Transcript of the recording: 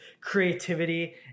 creativity